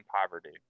poverty